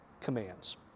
commands